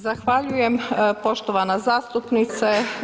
Zahvaljujem, poštovana zastupnice.